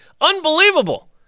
Unbelievable